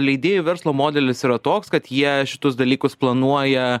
leidėjų verslo modelis yra toks kad jie šitus dalykus planuoja